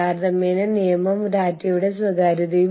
firm X മാതൃരാജ്യത്താണ്